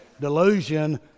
delusion